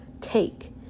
take